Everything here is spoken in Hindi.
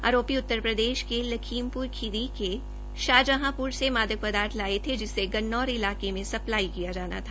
आरोपी उत्तर प्रदेश के लखीमपुर खिरी के शाहजहांपुर से मादक पदार्थ लाए थे जिसे गन्नौर इलाके में सप्लाई किया जाना था